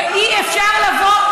ואי-אפשר לבוא,